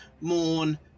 Morn